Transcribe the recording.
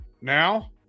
now